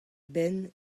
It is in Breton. benn